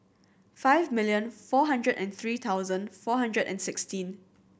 five million four hundred and three thousand four hundred and sixteen